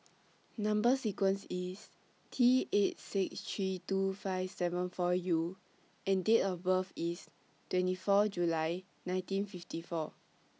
Number sequence IS T eight six three two five seven four U and Date of birth IS twenty four July nineteen fifty four